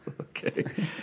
Okay